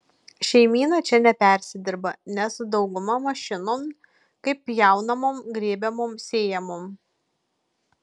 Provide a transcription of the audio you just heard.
šeimyna čia nepersidirba nes dauguma mašinom kaip pjaunamom grėbiamom sėjamom